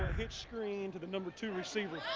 hit screen to the number two receiver.